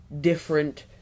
different